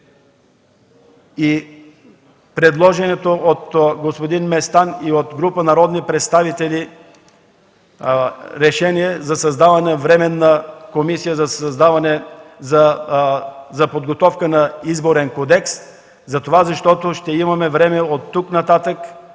и предложеното от господин Местан и група народни представители Решение за създаване на Временна комисия за подготовка на Изборен кодекс – затова, защото ще имаме време от тук нататък,